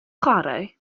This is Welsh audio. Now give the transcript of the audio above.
chwarae